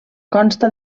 consta